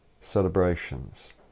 celebrations